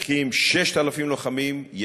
צריכים 6,000 לוחמים,